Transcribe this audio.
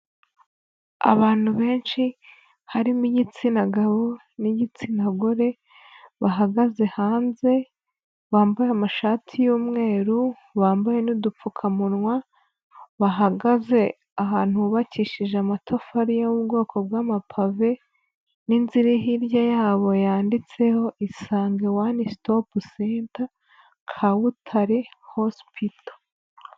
Abantu benshi, harimo igitsina gabo n'igitsina gore, bahagaze hanze, bambaye amashati y'umweru, bambaye n'udupfukamunwa, bahagaze ahantu hubakishije amatafari yo mu bwoko bw'amapave n'inzu iri hirya yabo yanditseho Isange one stop center, Kabutare hospital.